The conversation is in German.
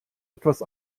etwas